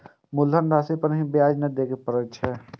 मुलधन राशि पर ही नै ब्याज दै लै परतें ने?